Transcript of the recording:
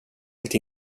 inte